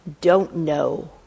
don't-know